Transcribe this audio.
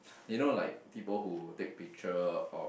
you know like people who take picture of